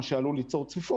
מה שעלול ליצור צפיפות,